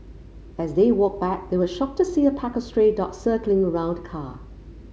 as they walked back they were shocked to see a pack of stray dogs circling around the car